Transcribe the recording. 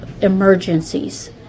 emergencies